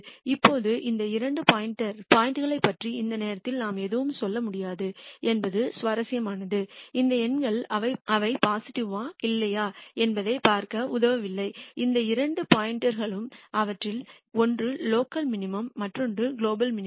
இப்போது இந்த இரண்டு பாயிண்ட்களைப் பற்றி இந்த நேரத்தில் நாம் எதுவும் சொல்ல முடியாது என்பது சுவாரஸ்யமானது இந்த எண்கள் அவை பாசிட்டிவ் பாசிட்டிவா இல்லையா என்பதைப் பார்க்க உதவுவதில்லை இந்த இரண்டு பாயிண்ட்களும் அவற்றில் ஒன்று லோக்கல் மினிமம் மற்றொன்று குளோபல் மினிமம்